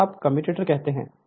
इसे आप कम्यूटेटर कहते हैं